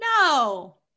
no